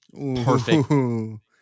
perfect